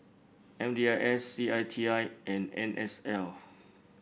M D I S C I T I and N S L